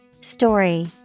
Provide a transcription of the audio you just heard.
Story